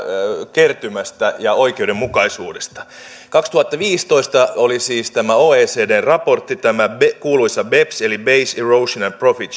kertymästä ja oikeudenmukaisuudesta kaksituhattaviisitoista oli siis tämä oecdn raportti tämä kuuluisa beps eli base erosion and profit